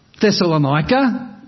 Thessalonica